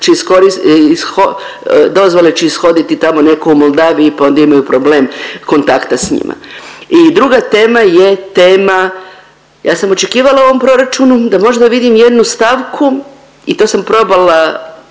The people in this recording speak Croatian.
dozvole će ishoditi tamo neko u Moldaviji, pa onda imaju problem kontakta s njima. I druga tema je tema, ja sam očekivala u ovom proračunu da možda vidim jednu stavku i to sam probala,